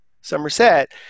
Somerset